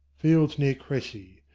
fields near cressi.